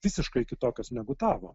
visiškai kitokios negu tavo